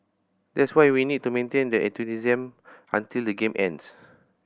that's why we need to maintain that enthusiasm until the game ends